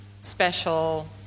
special